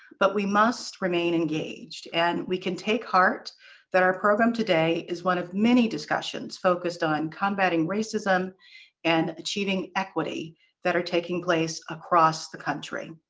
but we must remain engaged, and we can take heart that our program today is one of many discussions focused on combating racism and achieving equity that are taking place across the country.